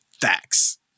facts